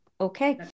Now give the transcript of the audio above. Okay